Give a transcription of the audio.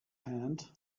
hand